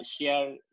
share